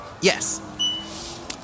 Yes